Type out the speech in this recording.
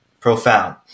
profound